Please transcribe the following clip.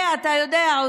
אתה יודע,